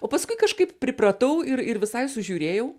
o paskui kažkaip pripratau ir ir visai sužiūrėjau